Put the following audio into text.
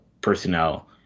personnel